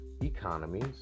economies